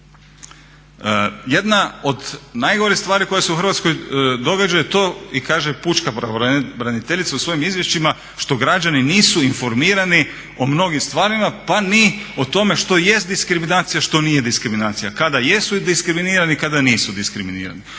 Jedna od najgorih stvari koje su u Hrvatskoj događa je to i kaže pučka pravobraniteljica u svojim izvješćima što građani nisu informirani o mnogim stvarima pa ni o tome što jest diskriminacija što nije diskriminacija, kada jesu diskriminirani kada nisu diskriminirani.